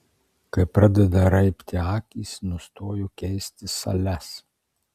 kai pradeda raibti akys nustoju keisti sales